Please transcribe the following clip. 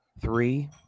three